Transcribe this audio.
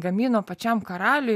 gamino pačiam karaliui